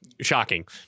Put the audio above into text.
Shocking